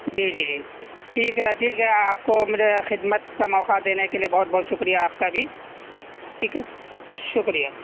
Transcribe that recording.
جی جی جی ٹھیک ہے ٹھیک ہے آپ کو مجھے خدمت کا موقع دینے کے لیے بہت بہت شکریہ آپ کا بھی ٹھیک ہے شکریہ